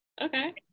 okay